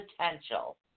potential